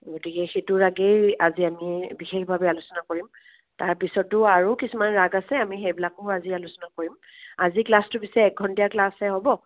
গতিকে সেইটো ৰাগেই আজি আমি বিশেষভাৱে আলোচনা কৰিম তাৰপিছতো আৰু কিছুমান ৰাগ আছে আমি সেইবিলাকো আজি আমি আলোচনা কৰিম আজি ক্লাছটো পিছে এঘণ্টীয়া ক্লাছ হে হ'ব